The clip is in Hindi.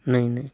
नहीं नहीं